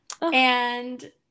and-